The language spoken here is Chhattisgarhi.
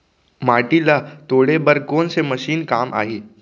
माटी ल तोड़े बर कोन से मशीन काम आही?